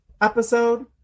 episode